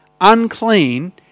unclean